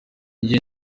ngiye